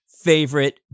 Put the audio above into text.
favorite